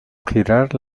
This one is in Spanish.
girar